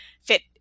fit